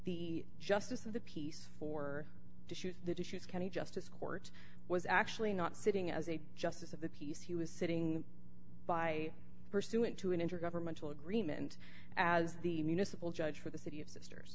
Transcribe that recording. the justice of the peace for issues that issues county justice court was actually not sitting as a justice of the peace he was sitting by pursuant to an intergovernmental agreement as the municipal judge for the city of sister